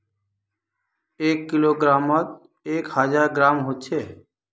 एक किलोग्रमोत एक हजार ग्राम होचे